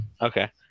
Okay